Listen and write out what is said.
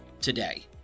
today